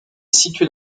située